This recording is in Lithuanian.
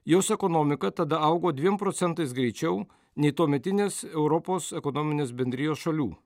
jos ekonomika tada augo dviem procentais greičiau nei tuometinės europos ekonominės bendrijos šalių